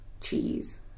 cheese